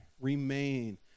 remain